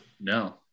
No